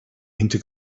into